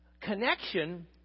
connection